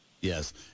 Yes